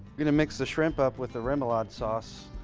going to mix the shrimp up with the remoulade sauce.